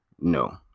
No